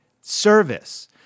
service